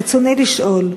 רצוני לשאול: